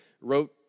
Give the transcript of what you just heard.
wrote